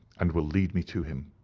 and will lead me to him.